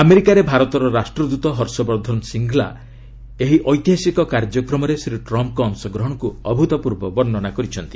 ଆମେରିକାରେ ଭାରତର ରାଷ୍ଟ୍ରଦୃତ ହର୍ଷବର୍ଦ୍ଧନ ଶ୍ରୀଙ୍ଗ୍ଲା ଏହି ଐତିହାସିକ କାର୍ଯ୍ୟକ୍ରମରେ ଶ୍ରୀ ଟ୍ରମ୍ଙ୍କ ଅଂଶଗ୍ରହଣକୁ ଅଭୂତପୂର୍ବ ବର୍ଷ୍ଣନା କରିଛନ୍ତି